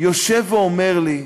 יושב ואומר לי: